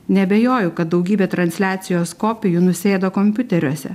neabejoju kad daugybė transliacijos kopijų nusėdo kompiuteriuose